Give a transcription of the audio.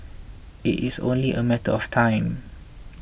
it is only a matter of time